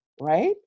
right